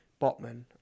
Botman